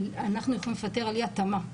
אנחנו יכולים לפטר על אי התאמה,